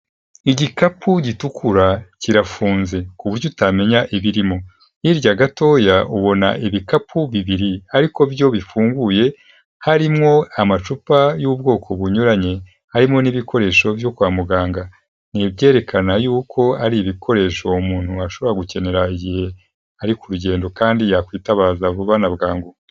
Igikapu gitukura kirafunze ku buryo utamenya ibirimo, hirya gatoya ubona ibikapu bibiri ariko byo bifunguye harimwo amacupa y'ubwoko bunyuranye, harimo n'ibikoresho byo kwa muganga, ni ibyerekana yuko ari ibikoresho umuntu ashobora gukenera igihe ari ku rugendo kandi yakwitabaza vuba na bwangu.